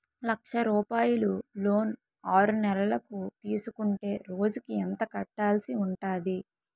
లక్ష రూపాయలు లోన్ ఆరునెలల కు తీసుకుంటే రోజుకి ఎంత కట్టాల్సి ఉంటాది?